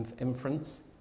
inference